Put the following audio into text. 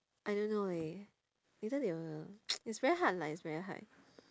I don't know leh later they will it's very hard lah it's very hard